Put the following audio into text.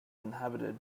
inhabited